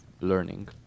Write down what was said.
learning